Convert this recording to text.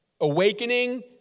Awakening